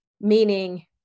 meaning